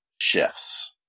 shifts